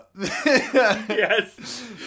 Yes